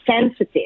sensitive